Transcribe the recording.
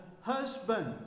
husband